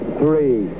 three